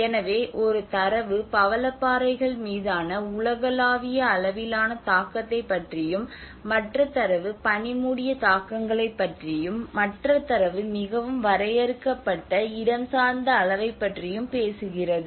எனவே ஒரு தரவு பவளப்பாறைகள் மீதான உலகளாவிய அளவிலான தாக்கத்தைப் பற்றியும் மற்ற தரவு பனி மூடிய தாக்கங்களைப் பற்றியும் மற்ற தரவு மிகவும் வரையறுக்கப்பட்ட இடஞ்சார்ந்த அளவைப் பற்றியும் பேசுகிறது